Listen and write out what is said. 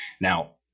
Now